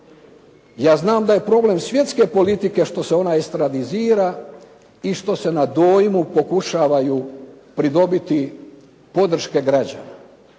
Ja znam da je problem svjetske politike što se ona estradizira i što se na dojmu pokušavaju pridobiti podrške građana,